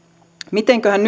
mitenköhän